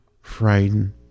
frightened